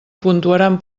puntuaran